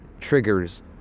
triggers